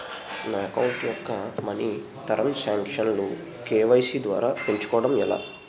నా అకౌంట్ యెక్క money transaction లు కే.వై.సీ ద్వారా పెంచుకోవడం ఎలా?